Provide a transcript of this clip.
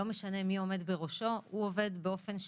לא משנה מי עומד בראשו, הוא עובד באופן שיטתי,